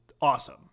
awesome